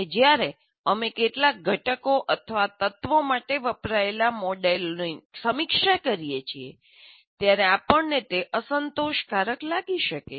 અને જ્યારે અમે કેટલાક ઘટકો અથવા તત્વો માટે વપરાયેલા મોડેલોની સમીક્ષા કરીએ છીએ ત્યારે આપણને તે અસંતોષકારક લાગી શકે